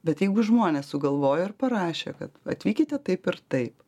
bet jeigu žmonės sugalvojo ir parašė kad atvykite taip ir taip